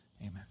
Amen